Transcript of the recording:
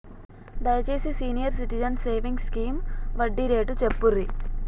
దయచేసి senior citizens savings scheme వడ్డీ rate చెప్పుర్రి